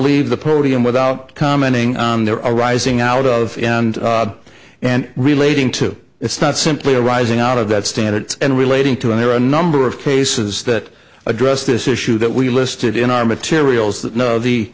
leave the podium without commenting on their arising out of and relating to it's not simply arising out of that stand it and relating to it there are a number of cases that address this issue that we listed in our materials that know the